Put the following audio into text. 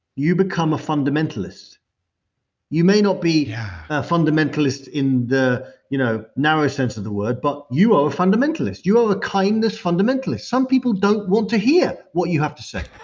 you become a fundamentalist you may not be a fundamentalist in the you know narrow sense of the word, but you are a fundamentalist. you are a kindness fundamentalist. some people don't want to hear what you have to say.